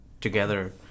together